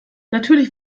natürlich